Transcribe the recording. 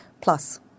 Plus